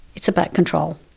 it's about control.